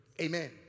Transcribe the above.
Amen